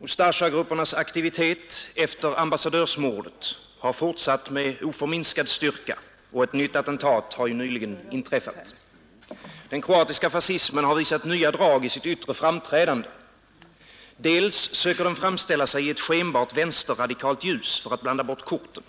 Ustasjagruppernas aktivitet efter ambassadörsmordet har fortsatt med oförminskad styrka och ett nytt attentat har nyligen inträffat. Den kroatiska fascismen har visat nya drag i sitt yttre framträdande. Dels söker den framställa sig i ett skenbart vänsterradikalt ljus för att blanda bort korten.